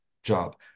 job